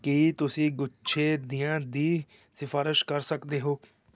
ਕੀ ਤੁਸੀਂ ਗੁੱਛੇ ਦੀਆਂ ਦੀ ਸਿਫਾਰਸ਼ ਕਰ ਸਕਦੇ ਹੋ